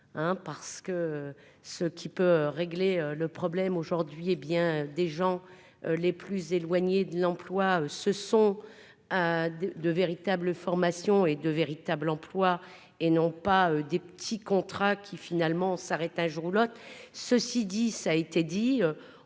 parce que ce qui peut régler le problème aujourd'hui est bien des gens les plus éloignés de l'emploi, ce sont de véritables formations et de véritables emplois et non pas des petits contrats qui finalement s'arrête un jour ou l'autre, ceci dit, ça a été dit,